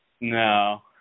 No